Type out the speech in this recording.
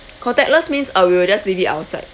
contactless means uh we will just leave it outside